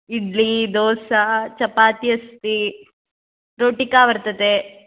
इड्ली दोसा चपाति अस्ति रोतिका वर्तते